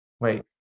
Wait